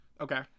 Okay